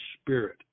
Spirit